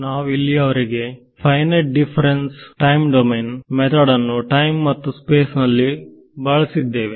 ನಾವು ಇಲ್ಲಿಯವರೆಗೆ finite difference time domain method ಅನ್ನು ಟೈಮ್ ಮತ್ತು ಸ್ಪೇಸ್ ನಲ್ಲಿ ಬಳಸಿದ್ದೇವೆ